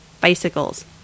Bicycles